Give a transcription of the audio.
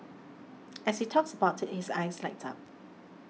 as he talks about it his eyes light up